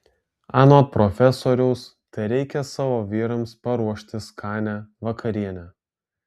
anot profesoriaus tereikia savo vyrams paruošti skanią vakarienę